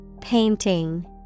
Painting